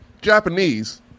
Japanese